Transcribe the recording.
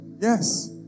Yes